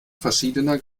verschiedener